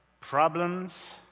problems